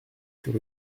sur